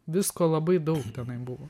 visko labai daug tenai buvo